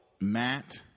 Matt